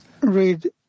Read